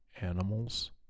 animals